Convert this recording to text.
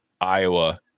Iowa